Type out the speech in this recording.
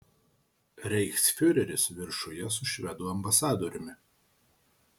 reichsfiureris viršuje su švedų ambasadoriumi